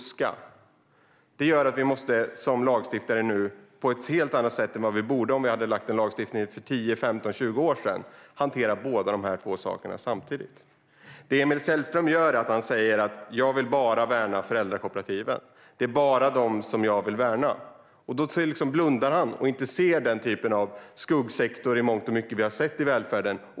Som lagstiftare måste vi nu hantera båda dessa saker samtidigt på ett helt annat sätt än om vi hade infört en lagstiftning för 10, 15 eller 20 år sedan. Det Emil Källström säger innebär att han bara vill värna föräldrakooperativen - endast dem. Därigenom blundar han och ser inte den skuggsektor som i mångt och mycket finns inom välfärden.